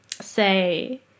say